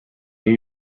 new